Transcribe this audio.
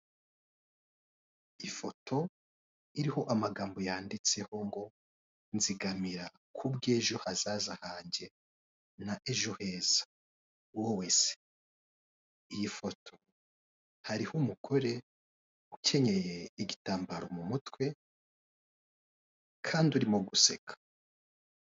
Ifoto iriho amagambo yanditseho ngo nzigamira k'ubwejo hazaza hanjye na ejo heza, wowe se? Iyi foto hariho umugore ukenyeye igitambaro mu mutwe kandi urimo guseka.